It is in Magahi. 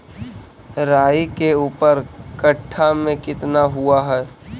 राई के ऊपर कट्ठा में कितना हुआ है?